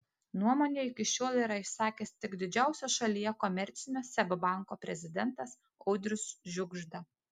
nuomonę iki šiol yra išsakęs tik didžiausio šalyje komercinio seb banko prezidentas audrius žiugžda